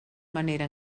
manera